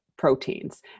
proteins